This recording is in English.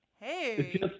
hey